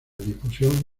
difusión